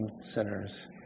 sinners